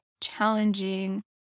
challenging